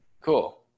cool